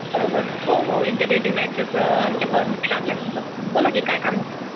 बरोबर हो हो इंटरिअर डिजाईनच्याच आमच्या फर्ममध्ये लागला आहे तुमचा फोन बोला की काय काम होतं